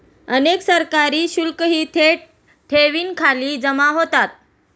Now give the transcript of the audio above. अनेक सरकारी शुल्कही थेट ठेवींखाली जमा होतात